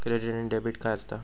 Credit आणि debit काय असता?